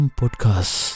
podcast